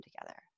together